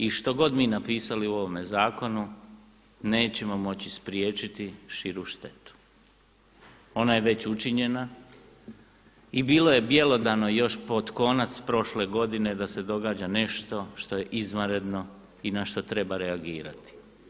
I što god mi napisali u ovome zakonu nećemo moći spriječiti širu štetu, ona je već učinjena i bilo je bjelodano još pod konac prošle godine da se događa nešto što je izvanredno i na što treba reagirati.